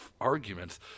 arguments